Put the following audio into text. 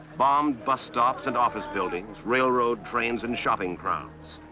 bombed bus stops and office buildings, railroad trains and shopping crowds.